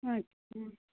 अच्छा